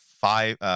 five